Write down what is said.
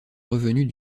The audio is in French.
revenus